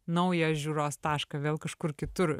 naują žiūros tašką vėl kažkur kitur